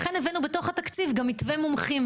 ולכן הבאנו בתוך התקציב גם מתווה מומחים.